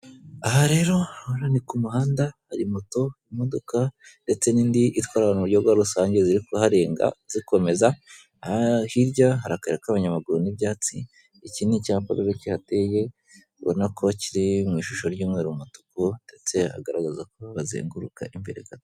Aha rero ni ku umuhanda hari moto imodoka ndetse n'indi itwara abantu mu buryo bwa rusange ziri kuharenga zikomeza, hirya harira akayira k'abanyamaguru n'ibyatsi, iki ni cyapa kihateye, ubona ko ba ki mu ishusho ry'umweru, umutuku ndetse agaragaza ko bazenguruka imbere gato.